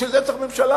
בשביל זה צריך ממשלה.